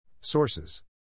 Sources